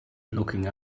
looking